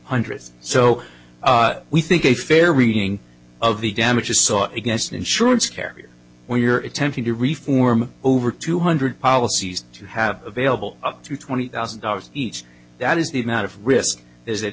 hundreds so we think a fair reading of the damages sought against insurance carriers when you're attempting to reform over two hundred policies to have available up to twenty thousand dollars each that is the amount of risk is